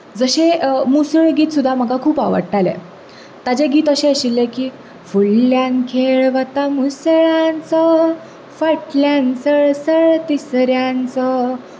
जशें मुसळगीत सुद्दां म्हाका खूब आवडटालें ताचें गीत अशें आशिल्लें की फुडल्यान खेळ वता मुसळांचो फाटल्यान सळसळ तिसऱ्यांचो